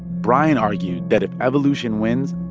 bryan argued that if evolution wins,